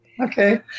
Okay